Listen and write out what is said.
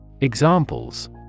Examples